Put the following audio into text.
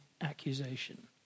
accusation